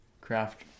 craft